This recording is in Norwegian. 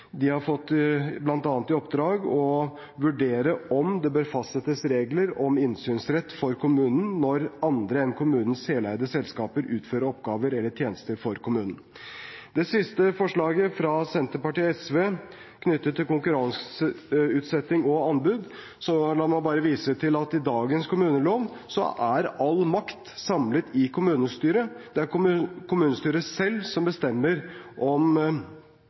har fått i oppdrag å vurdere om det bør fastsettes regler om innsynsrett for kommunen når andre enn kommunens heleide selskaper utfører oppgaver eller tjenester for kommunen. Når det gjelder det andre forslaget, fra Senterpartiet og SV, knyttet til konkurranseutsetting og anbud, la meg bare vise til at i dagens kommunelov er all makt samlet i kommunestyret. Det er kommunestyret selv som bestemmer om